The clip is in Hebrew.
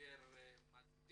הסבר מספק